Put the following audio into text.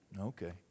Okay